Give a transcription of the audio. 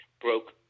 broke